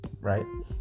Right